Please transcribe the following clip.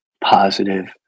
positive